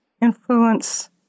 influence